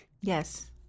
Yes